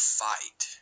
fight